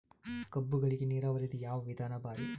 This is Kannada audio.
ಕಬ್ಬುಗಳಿಗಿ ನೀರಾವರಿದ ಯಾವ ವಿಧಾನ ಭಾರಿ?